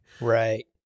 Right